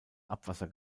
abwasser